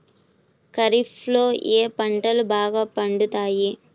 ఖరీఫ్లో ఏ పంటలు బాగా పండుతాయి?